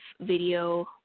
video